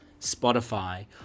Spotify